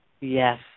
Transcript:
Yes